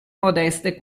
modeste